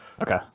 Okay